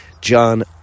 John